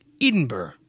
Edinburgh